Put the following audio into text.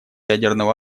ядерного